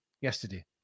yesterday